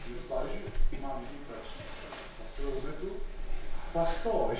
nes pavyzdžiui man ypač pastaruoju metu pastoviai